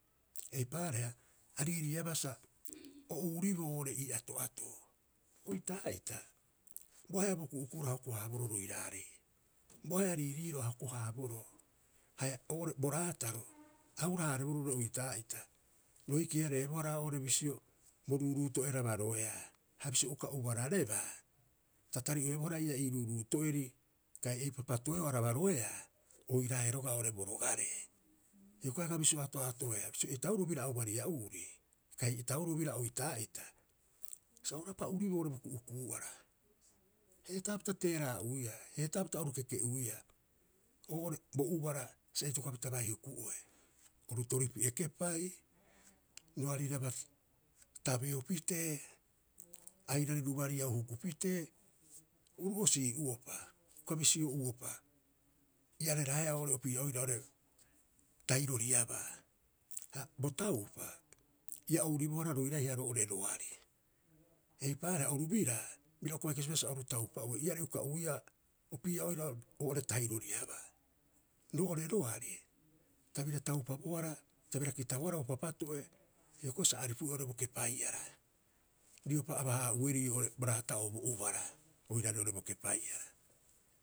Eipaareha a riiriiabaa sa o ouriboo oo'ore ii ato'atoo. Oitaa'ita, bo ahe'a bo ku'uku'uro a hoko- haaboroo roiraarei. Bo ahe'a riiriiro a hoko- haaboroo haia oo'ore bo raataro, a hura- haareboroo roo'ore oitaa'ita ro hiki- hareebohara oo'ore bisio bo ruuruuto'e a rabaroeea. Ha bisio uka ubararebaa ta tari'oebohara ii'aa ii ruuruuto'eri kai ei papato'e'oo a rabaroeaa, oiraae roga'a oo'ore bo rogaree. Hioko'i aga bisio ato'atoea, bisio etaroo biraa aubaria'uuri kai etauroo biraa oitaa'ita, sa o rapa'uriboo oo'ore bo ku'uku'u'ara, heetaapita teera'a'uiia, heetaapita oru keke'uiaa, oo'ore bo ubara sa itokopapita bai huku'oe, oru toripi'e kepai roariraba tabeo pitee, airari rubariau huku pitee. Uruu'osii'uopa, uka bisio'uopa, iareraeaa oo'ore opii'a oira oo'ore tahiroriabaa. Ha bo taupa ia ouribohara roiraiha roo'ore roari, eipaareha oru biraa bira uka bai kasibaa sa oru taupa'ue. Iare uka'uiia opii'a oira oo'ore tahiroriabaa. Roo'ore roari ta bira taupabohara ta bira kitabohara bo papato'e hioko'i sa aripu'oe oo'ore bo kepai'ara, riopa aba- haa'ueri oo'ore bo raata'oo bo ubara oiraarei oo'ore bo kepai'ara.